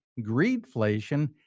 greedflation